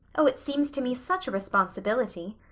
oh, it seems to me such a responsibility!